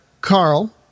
Carl